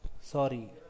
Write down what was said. Sorry